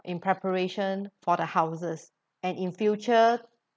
in preparation for the houses and in future